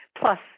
Plus